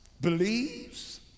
believes